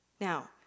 Now